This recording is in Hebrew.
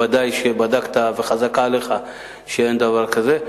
אז ודאי שבדקת וחזקה עליך שאין דבר כזה.